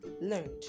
learned